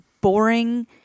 boring